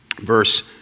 verse